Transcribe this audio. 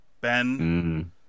ben